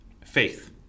faith